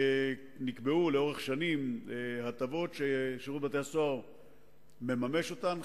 נקבעו לאורך שנים הטבות ששירות בתי-הסוהר מממש אותן.